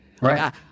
Right